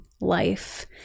life